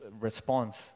response